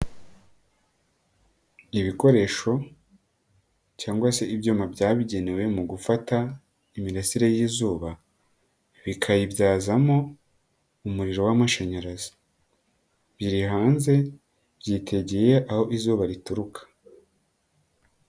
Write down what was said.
Ibikoresho cyangwa se ibyuma byabugenewe mu gufata imirasire y'izuba, bikayibyazamo, umuriro w'amashanyarazi, biri hanze, byitegeye aho izuba rituruka.